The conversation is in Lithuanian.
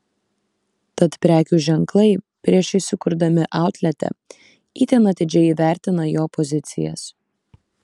tad prekių ženklai prieš įsikurdami outlete itin atidžiai įvertina jo pozicijas